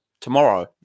tomorrow